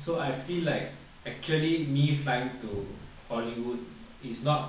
so I feel like actually me flying to hollywood is not